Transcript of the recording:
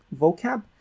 vocab